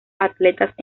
atletas